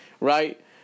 right